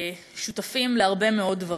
שותפים להרבה מאוד דברים.